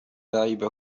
لعب